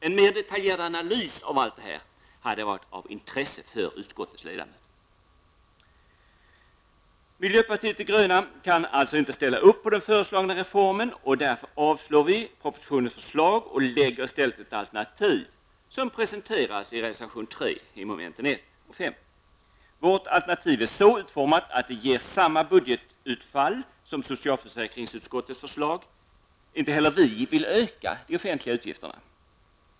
En mera detaljerad analys hade varit av intresse för utskottets ledamöter. Miljöpartiet de gröna kan inte ställa upp på den föreslagna reformen, och därför yrkar vi avslag på propositionens förslag och lägger i stället ett alternativ som presenteras i reservation 3 beträffande momenten 1 och 5. Vårt alternativ är så utformat att det ger samma budgetutfall som socialförsäkringsutskottets förslag. Inte heller vi vill öka de offentliga utgifterna.